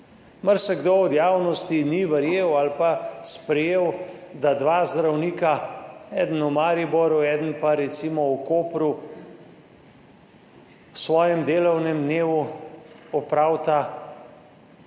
Marsikdo od javnosti ni verjel ali pa sprejel, da dva zdravnika, eden v Mariboru, eden pa recimo v Kopru, v svojem delovnem dnevu opravita